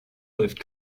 läuft